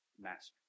master